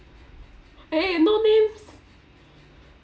eh eh no means